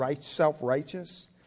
self-righteous